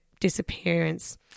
disappearance